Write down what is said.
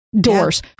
doors